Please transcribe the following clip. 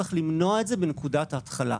צריך למנוע את זה בנקודת ההתחלה.